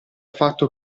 fatto